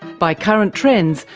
by current trends,